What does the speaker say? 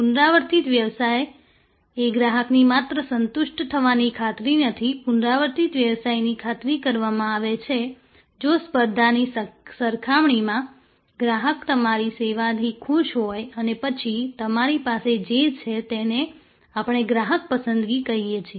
પુનરાવર્તિત વ્યવસાય એ ગ્રાહકની માત્ર સંતુષ્ટ થવાની ખાતરી નથી પુનરાવર્તિત વ્યવસાયની ખાતરી કરવામાં આવે છે જો સ્પર્ધાની સરખામણીમાં ગ્રાહક તમારી સેવાથી ખુશ હોય અને પછી તમારી પાસે જે છે તેને આપણે ગ્રાહક પસંદગી કહીએ છીએ